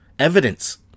Evidence